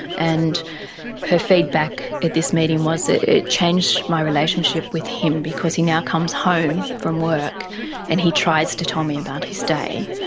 and her feedback at this meeting was, it it changed my relationship with him because he now comes home from work and he tries to tell me about his day.